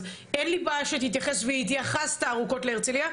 אז אין לי בעיה שתתייחס והתייחסת ארוכות להרצליה,